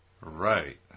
Right